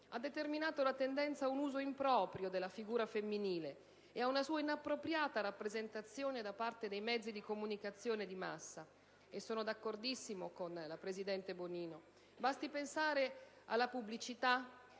ha determinato la tendenza a un uso improprio della figura femminile e a una sua inappropriata rappresentazione da parte dei mezzi di comunicazione di massa (in proposito sono pienamente d'accordo con la presidente Bonino). Basti pensare alle pubblicità,